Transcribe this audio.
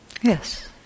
Yes